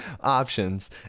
options